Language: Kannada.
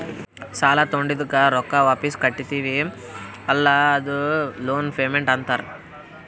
ಸಾಲಾ ತೊಂಡಿದ್ದುಕ್ ರೊಕ್ಕಾ ವಾಪಿಸ್ ಕಟ್ಟತಿವಿ ಅಲ್ಲಾ ಅದೂ ಲೋನ್ ಪೇಮೆಂಟ್ ಅಂತಾರ್